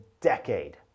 decade